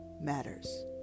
matters